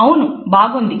అవును బాగుంది